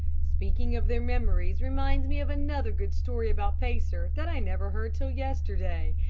speaking of their memories reminds me of another good story about pacer that i never heard till yesterday,